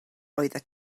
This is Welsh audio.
oeddet